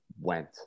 went